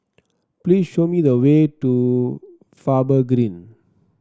please show me the way to Faber Green